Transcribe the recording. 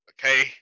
okay